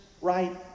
Right